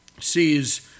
sees